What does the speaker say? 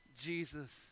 Jesus